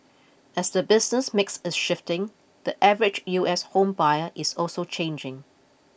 as the business mix is shifting the average U S home buyer is also changing